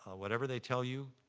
whatever they tell you,